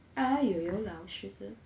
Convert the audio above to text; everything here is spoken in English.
!aiyoyo! 老师